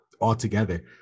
altogether